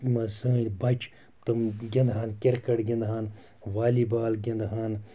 منٛز سٲنۍ بَچہِ تم گِنٛدہَن کِرکَٹ گِنٛدہَن والی بال گِنٛدہَن